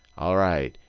all right,